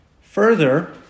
Further